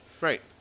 Right